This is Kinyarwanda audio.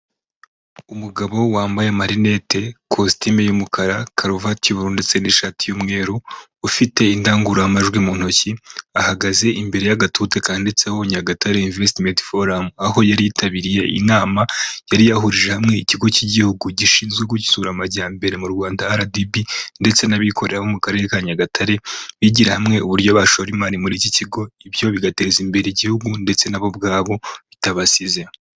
Umugabo wambaye amarinete, kositimu y'umukara, karuvatiy 'ubururu ndetse n'ishati y'umweru ufite indangururamajwi mu ntoki, ahagaze imbere y'agatute kandiditseho Nyagatare investment forum aho yari yitabiriye inama yari yahurije hamwe ikigo cy'igihugu gishinzwe gutsura amajyambere mu Rwanda RDB ndetse n'abikorera bo mu karere ka Nyagatare, bigira hamwe uburyo bashora imari muri iki kigo ibyo bigateza imbere igihugu ndetse nabo ubwabo bitabasize.